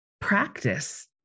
practice